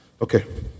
Okay